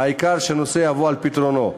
העיקר שהנושא יבוא על פתרונו.